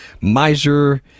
miser